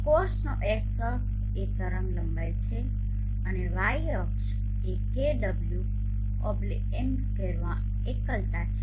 કોર્સનો x અક્ષ એ તરંગલંબાઇ છે અને y અક્ષ એ kWm2 માં એકલતા છે